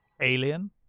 Alien